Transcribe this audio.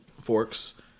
forks